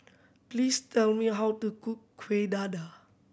please tell me how to cook Kuih Dadar